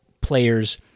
players